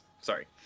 Sorry